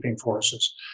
forces